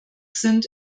sind